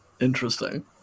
interesting